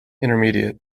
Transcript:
intermediate